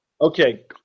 Okay